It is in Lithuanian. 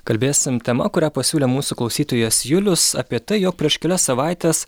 kalbėsim tema kurią pasiūlė mūsų klausytojas julius apie tai jog prieš kelias savaites